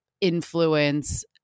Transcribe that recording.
influence